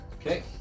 Okay